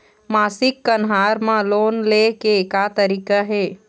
मासिक कन्हार म लोन ले के का तरीका हे?